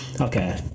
Okay